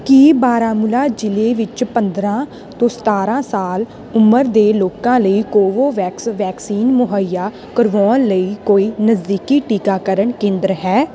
ਕੀ ਬਾਰਾਮੂਲਾ ਜਿਲ੍ਹੇ ਵਿੱਚ ਪੰਦਰਾਂ ਤੋਂ ਸਤਾਰਾਂ ਸਾਲ ਉਮਰ ਦੇ ਲੋਕਾਂ ਲਈ ਕੋਵੋਵੈਕਸ ਵੈਕਸੀਨ ਮੁਹੱਈਆ ਕਰਵਾਉਣ ਲਈ ਕੋਈ ਨਜ਼ਦੀਕੀ ਟੀਕਾਕਰਨ ਕੇਂਦਰ ਹੈ